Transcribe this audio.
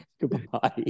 goodbye